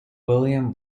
william